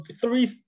three